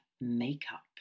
makeup